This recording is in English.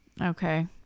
Okay